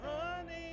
running